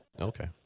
Okay